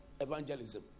evangelism